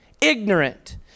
ignorant